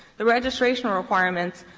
the registration requirement,